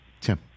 Tim